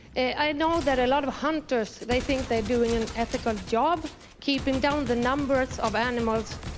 i know that a lot of hunters, they think they're doing an ethical job keeping down the numbers of animals,